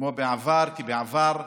כמו בעבר, כבעבר,